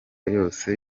yose